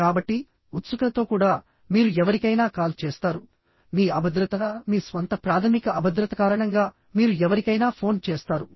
కాబట్టి ఉత్సుకతతో కూడా మీరు ఎవరికైనా కాల్ చేస్తారుమీ అభద్రత మీ స్వంత ప్రాథమిక అభద్రత కారణంగా మీరు ఎవరికైనా ఫోన్ చేస్తారు